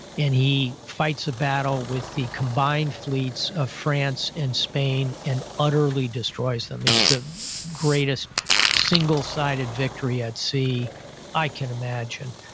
and he fights a battle with the combined fleets of france and spain and utterly destroys them it's the greatest single sided victory at sea i can imagine.